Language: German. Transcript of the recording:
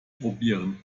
probieren